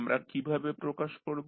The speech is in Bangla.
আমরা কীভাবে প্রকাশ করব